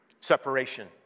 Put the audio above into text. separation